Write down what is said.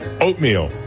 oatmeal